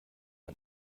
man